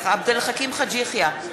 נוכח עבד אל חכים חאג' יחיא,